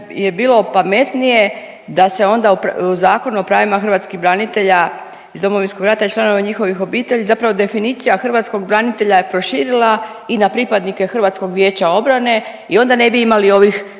je bilo pametnije da se onda u Zakonu o pravima hrvatskih branitelja iz Domovinskog rata i članovima njihovih obitelji zapravo definicija hrvatskog branitelja je proširila i na pripadnike HVO-a i onda ne bi imali ovih